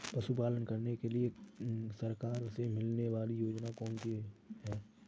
पशु पालन करने के लिए सरकार से मिलने वाली योजनाएँ कौन कौन सी हैं?